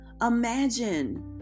Imagine